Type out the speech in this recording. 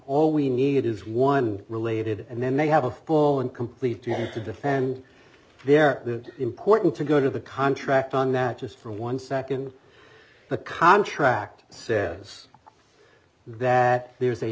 all we need is one related and then they have a full and complete team to defend their important to go to the contract on that just for one second the contract says that there's a